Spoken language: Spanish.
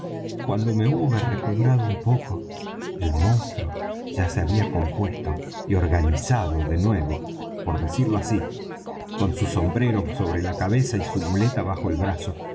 cuando me hube recobrado un poco el monstruo ya se había compuesto y organizado de nuevo por decirlo así con su sombrero sobre la cabeza y su muleta bajo el brazo